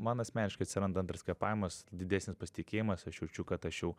man asmeniškai atsiranda antras kvėpavimas didesnis pasitikėjimas aš jaučiu kad aš jau